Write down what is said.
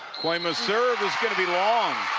kooima serve is going to be long.